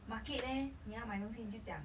market leh 你要买东西你就讲